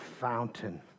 fountain